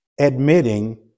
admitting